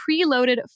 preloaded